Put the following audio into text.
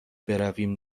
برویم